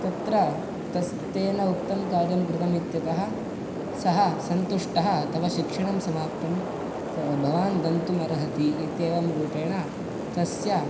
तत्र तस् तेन उक्तं कार्यं कृतमित्यतः सः सन्तुष्टः तव शिक्षणं समाप्तं त भवान् गन्तुम् अर्हति इत्येवं रूपेण तस्य